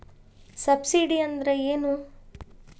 Subsidy ಅಂದ್ರೆ ಏನು?